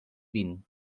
vint